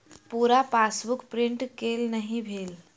पूरा passbook print केल नहि भेल